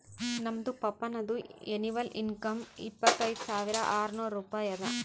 ನಮ್ದು ಪಪ್ಪಾನದು annual income ಇಪ್ಪತೈದ್ ಸಾವಿರಾ ಆರ್ನೂರ್ ರೂಪಾಯಿ ಅದಾ